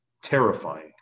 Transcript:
terrifying